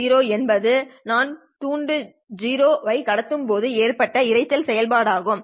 f என்பது நான் துண்டு 0 ஐ கடத்தும் போது ஏற்படும் இரைச்சல் செயல்பாடு ஆகும்